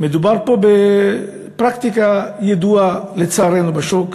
מדובר פה בפרקטיקה ידועה, לצערנו, בשוק.